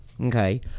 Okay